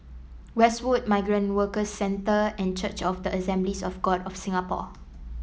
Westwood Migrant Workers Centre and Church of the Assemblies of God of Singapore